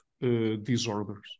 disorders